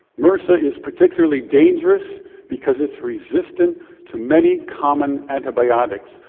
mrsa is particularly dangerous because it's resistant to many common antibiotics.